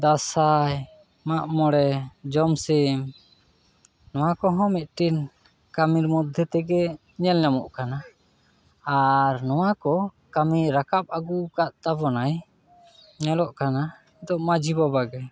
ᱫᱟᱸᱥᱟᱭ ᱢᱟᱜᱼᱢᱚᱬᱮ ᱡᱚᱢᱥᱤᱢ ᱱᱚᱣᱟ ᱠᱚᱦᱚᱸ ᱢᱤᱫᱴᱤᱱ ᱠᱟᱹᱢᱤ ᱢᱚᱫᱽᱫᱷᱮ ᱛᱮᱜᱮ ᱧᱮᱞ ᱧᱟᱢᱚᱜ ᱠᱟᱱᱟ ᱟᱨ ᱱᱚᱣᱟ ᱠᱚ ᱠᱟᱹᱢᱤ ᱨᱟᱠᱟᱵ ᱟᱹᱜᱩ ᱟᱠᱟᱫ ᱛᱟᱵᱚᱱᱟᱭ ᱧᱮᱞᱚᱜ ᱠᱟᱱᱟ ᱛᱚ ᱢᱟᱹᱡᱷᱤ ᱵᱟᱵᱟ ᱜᱮ